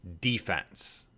defense